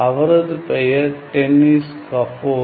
அவரது பெயர் Dennis Gabor